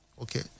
okay